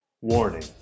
Warning